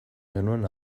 genuen